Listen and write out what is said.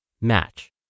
match